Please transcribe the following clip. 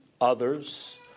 others